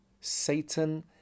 Satan